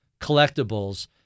collectibles